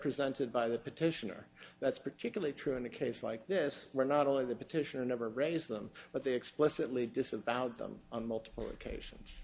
presented by the petitioner that's particularly true in a case like this where not only the petitioner never raised them but they explicitly disavowed them on multiple occasions